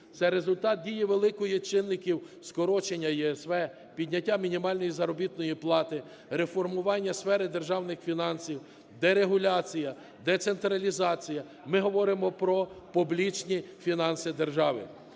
Це результат дії великої чинників: скорочення ЄСВ, підняття мінімальної заробітної плати, реформування сфери державних фінансів, дерегуляція, децентралізація. Ми говоримо про публічні фінанси держави.